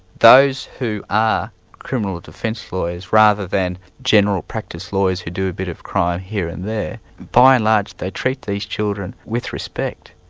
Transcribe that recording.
those who are criminal defence lawyers rather than general practice lawyers who do a bit of crime here and there, by and large they treat these children with respect.